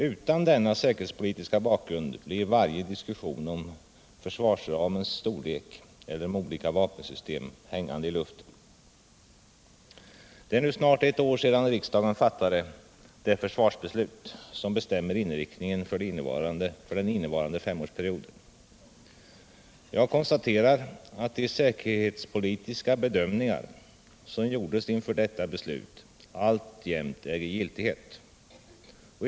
Utan denna säkerhetspolitiska bakgrund blir varje diskussion om försvarsramens storlek eller om olika vapensystem hängande i luften. Det är snart ett år sedan riksdagen fattade det försvarsbeslut som bestämmer inriktningen för den innevarande femårsperioden. Jag konstaterar att de säkerhetspolitiska bedömningar som gjordes inför detta beslut alltjämt äger giltighet.